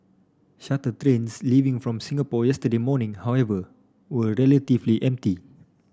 shuttle trains leaving from Singapore yesterday morning however were relatively empty